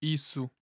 Isso